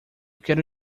quero